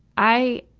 i,